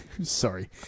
Sorry